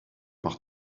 par